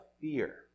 fear